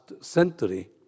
century